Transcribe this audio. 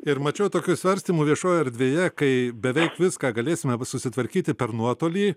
ir mačiau tokių svarstymų viešoje erdvėje kai beveik viską galėsime susitvarkyti per nuotolį